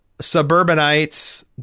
suburbanites